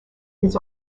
his